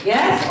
Yes